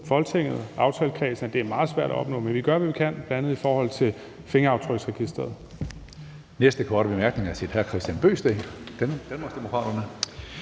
Folketinget og aftalekredsen, er meget svært at opnå, men vi gør, vi kan, bl.a. i forhold til fingeraftryksregisteret.